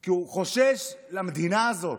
כי הוא חושש למדינה הזאת,